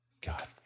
God